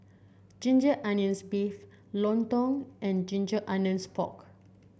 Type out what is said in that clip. Ginger Onions beef lontong and Ginger Onions Pork